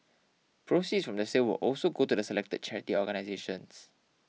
proceeds from the sale will also go to the selected charity organisations